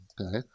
okay